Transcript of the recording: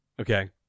Okay